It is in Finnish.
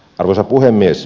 arvoisa puhemies